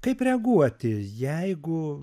kaip reaguoti jeigu